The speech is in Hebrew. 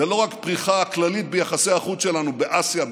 זו לא רק הפריחה הכללית ביחסי החוץ שלנו באסיה,